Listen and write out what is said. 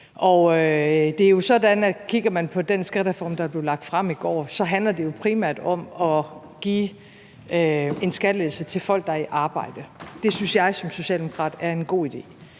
Det er jo sådan, at hvis man kigger på den skattereform, der er blevet lagt frem i går, så handler det jo primært om at give en skattelettelse til folk, der er i arbejde. Det synes jeg som socialdemokrat er en god idé.